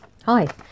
Hi